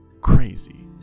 crazy